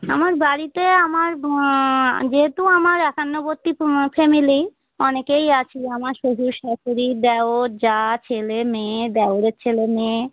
আমার বাড়িতে আমার যেহেতু আমার একান্নবর্তী ফ্যামেলি অনেকেই আছে আমার শ্বশুড় শাশুরি দেওর জা ছেলে মেয়ে দেওরের ছেলে মেয়ে